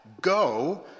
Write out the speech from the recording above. Go